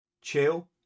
chill